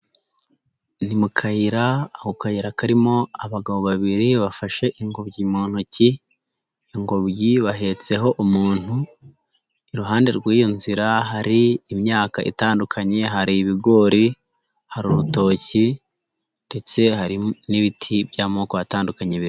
Ni mu kayira ako kayira karimo abagabo babiri bafashe ingobyi mu ntoki, ingobyi bahetseho umuntu iruhande rw'iyo nzira hari imyaka itandukanye hari ibigori, hari urutoki ndetse hari n'ibiti by'amoko atandukanye bibiri.